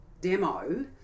demo